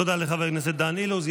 תודה לחבר הכנסת דן אילוז.